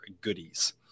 goodies